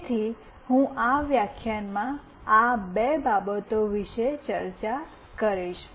તેથી હું આ વ્યાખ્યાનમાં આ બે બાબતો વિશે ચર્ચા કરીશ